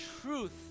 truth